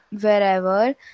wherever